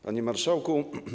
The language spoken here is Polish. Panie Marszałku!